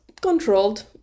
controlled